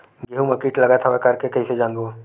गेहूं म कीट लगत हवय करके कइसे जानबो?